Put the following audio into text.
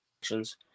actions